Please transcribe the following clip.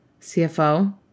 CFO